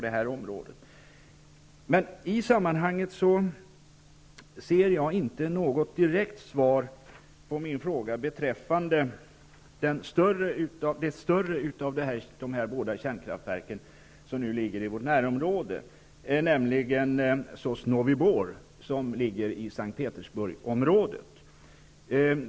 Men jag finner i sammanhanget inte något direkt svar på min fråga beträffande det större av de båda kärnkraftverken som ligger i vårt närområde, nämligen Sosnovyj Bor i S:t Petersburgsområdet.